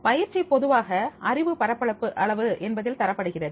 பயிற்சி பொதுவாக அறிவு பரப்பளவு என்பதில் தரப்படுகிறது